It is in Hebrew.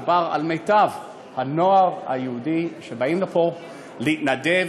מדובר על מיטב הנוער היהודי שבאים לפה להתנדב,